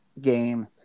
game